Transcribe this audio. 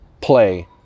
play